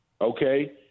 Okay